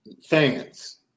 fans